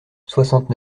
soixante